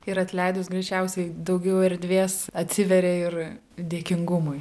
ir atleidus greičiausiai daugiau erdvės atsiveria ir dėkingumui